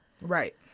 right